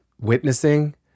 witnessing